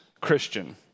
Christian